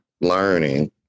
learning